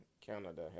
Canada